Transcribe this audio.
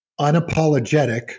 unapologetic